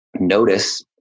notice